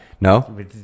No